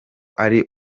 ari